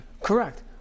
Correct